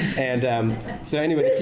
and um so anyway,